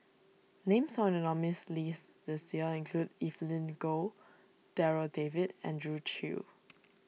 names found in the nominees' list this year include Evelyn Goh Darryl David Andrew Chew